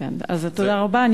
אז תודה רבה.